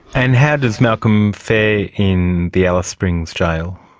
and how does malcolm fare in the alice springs jail?